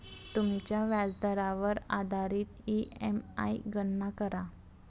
तुमच्या व्याजदरावर आधारित ई.एम.आई गणना करा